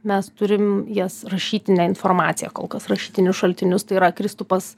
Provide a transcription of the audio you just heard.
mes turim jas rašytinę informaciją kol kas rašytinius šaltinius tai yra kristupas